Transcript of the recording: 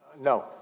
No